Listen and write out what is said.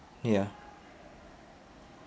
ya